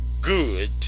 good